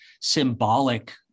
symbolic